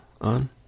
on